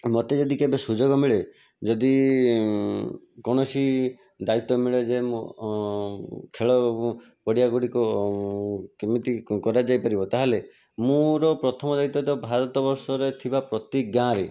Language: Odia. ମୋତେ ଯଦି କେବେ ସୁଯୋଗ ମିଳେ ଯଦି କୌଣସି ଦାଇତ୍ୱ ମିଳେ ଯେ ମୁଁ ଖେଳ ପଡ଼ିଆ ଗୁଡ଼ିକ କେମିତି କରାଯାଇ ପାରିବ ତାହେଲେ ମୋର ପ୍ରଥମ ଦାଇତ୍ୱ ତ ଭାରତ ବର୍ଷରେ ଥିବା ପ୍ରତି ଗାଁ'ରେ